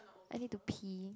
I need to pee